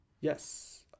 yes